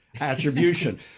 attribution